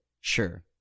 sure